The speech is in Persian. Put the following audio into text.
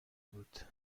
بود